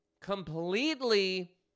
completely